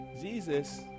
Jesus